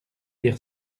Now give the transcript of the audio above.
dire